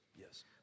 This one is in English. Yes